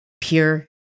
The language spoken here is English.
pure